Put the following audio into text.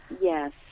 yes